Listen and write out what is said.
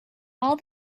all